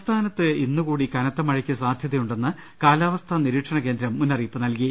സംസ്ഥാനത്ത് ഇന്ന് കൂടി കനത്തമഴയ്ക്ക് സാധ്യതയുണ്ടെന്ന് കാലാവസ്ഥാ നിരീ ക്ഷണ കേന്ദ്രം മുന്നറിയിപ്പ് നൽകി